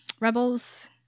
rebels